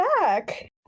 back